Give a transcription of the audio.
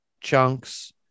chunks